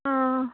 অঁ